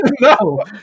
No